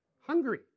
hungry